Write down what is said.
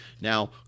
Now